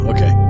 Okay